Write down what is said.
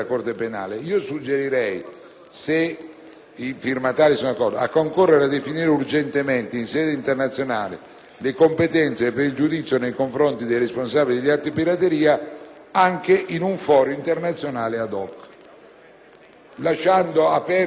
di impegnare il Governo a «concorrere a definire urgentemente in sede internazionale le competenze per il giudizio nei confronti dei responsabili di atti di pirateria anche in un foro internazionale *ad hoc*», lasciando aperte tutte le possibilità.